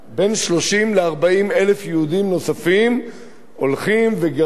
בין 30,000 ל-40,000 יהודים נוספים הולכים וגרים